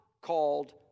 called